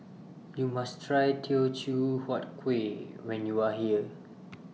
YOU must Try Teochew Huat Kueh when YOU Are here